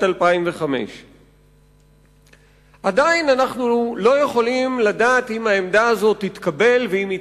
2005. עדיין אנחנו לא יכולים לדעת אם העמדה הזאת תתקבל ואם היא